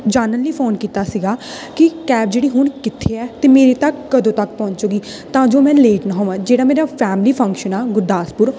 ਜਾਣਨ ਲਈ ਫੋਨ ਕੀਤਾ ਸੀਗਾ ਕਿ ਕੈਬ ਜਿਹੜੀ ਹੁਣ ਕਿੱਥੇ ਹੈ ਅਤੇ ਮੇਰੇ ਤੱਕ ਕਦੋਂ ਤੱਕ ਪਹੁੰਚੇਗੀ ਤਾਂ ਜੋ ਮੈਂ ਲੇਟ ਨਾ ਹੋਵਾਂ ਜਿਹੜਾ ਮੇਰਾ ਫੈਮਲੀ ਫੰਕਸ਼ਨ ਆ ਗੁਰਦਾਸਪੁਰ